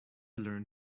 learn